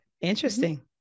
interesting